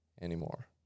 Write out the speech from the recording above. anymore